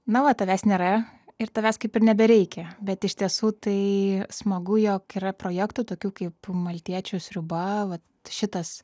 na va tavęs nėra ir tavęs kaip ir nebereikia bet iš tiesų tai smagu jog yra projektų tokių kaip maltiečių sriuba va šitas